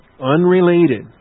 unrelated